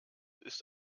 ist